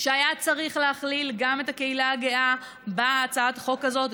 שהיה צריך להכליל גם את הקהילה הגאה בהצעת החוק הזו,